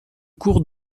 cours